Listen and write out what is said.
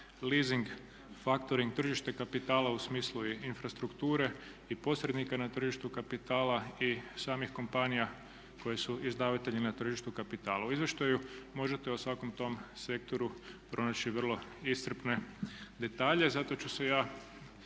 leasing, factoring, tržište kapitala u smislu i infrastrukture i posrednika na tržištu kapitala i samih kompanija koje su izdavatelji na tržištu kapitala. U izvještaju možete o svakom tom sektoru pronaći vrlo iscrpne detalje, zato ću se ja